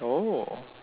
oh